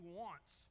wants